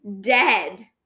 dead